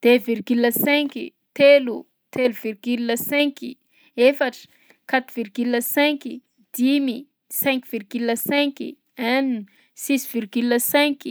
deux virgule cinq, telo, trois virgule cinq, efatra, quatre virgule cinq, dimy, cinq virgule cinq, enina, six virgule cinq.